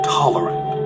tolerant